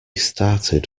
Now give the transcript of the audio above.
started